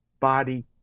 body